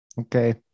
okay